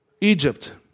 Egypt